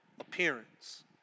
Appearance